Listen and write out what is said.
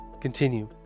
Continue